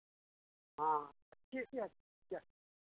हाँ अच्छी से अच्छी चीज़ है